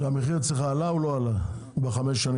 והמחיר אצלך עלה או לא עלה בחמש השנים